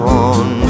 on